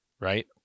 right